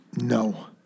no